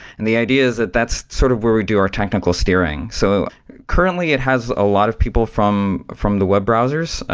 and the ideas that that's sort of where we do our technical steering. so currently it has a lot of people from from the web browsers.